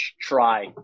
try